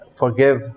forgive